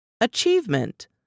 achievement